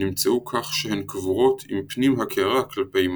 נמצאו כך שהן קבורות עם פנים הקערה כלפי מטה.